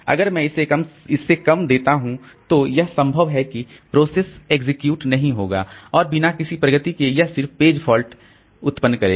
अगर मैं इसे इससे कम देता हूंतो यह संभव है कि प्रोसेस एग्जीक्यूट नहीं होगा और बिना किसी प्रगति के यह सिर्फ पेज फॉल्ट उत्पन्न करेगा